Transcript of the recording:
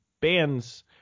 bands